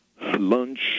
lunch